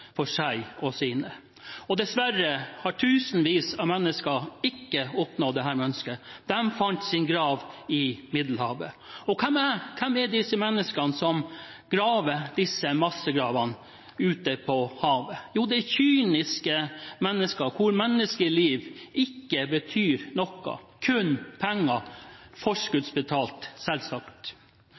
for seg og sine, er. Dessverre har tusenvis av mennesker ikke oppnådd dette. De fant sin grav i Middelhavet. Hvem er disse menneskene som graver disse massegravene ute på havet? Jo, det er kyniske mennesker, for hvem menneskeliv ikke betyr noe – kun penger, forskuddsbetalt selvsagt.